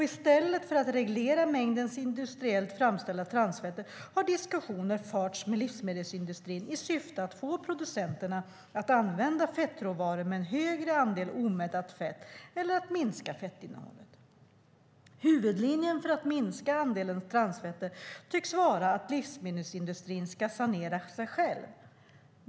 I stället för att reglera mängden industriellt framställda transfetter har diskussioner förts med livsmedelsindustrin i syfte att få producenterna att använda fettråvaror med en högre andel omättat fett eller att minska fettinnehållet. Huvudlinjen för att minska andelen transfetter tycks vara att livsmedelsindustrin ska sanera sig själv.